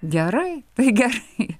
gerai tai gerai